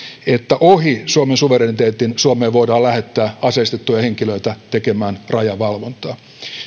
että ohi suomen suvereniteetin suomeen voidaan lähettää aseistettuja henkilöitä tekemään rajavalvontaa